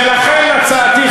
ולכן הצעתי,